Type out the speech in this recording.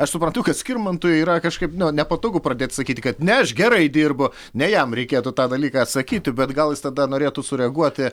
aš suprantu kad skirmantui yra kažkaip nepatogu pradėt sakyti kad ne aš gerai dirbu ne jam reikėtų tą dalyką atsakyti bet gal jis tada norėtų sureaguoti